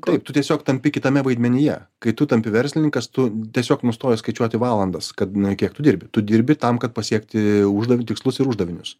taip tu tiesiog tampi kitame vaidmenyje kai tu tampi verslininkas tu tiesiog nustoji skaičiuoti valandas kad na kiek tu dirbi tu dirbi tam kad pasiekti uždan tikslus ir uždavinius